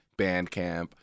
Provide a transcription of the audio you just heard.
Bandcamp